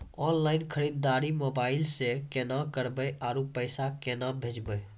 Online खरीददारी mobile से केना करबै, आरु पैसा केना भेजबै?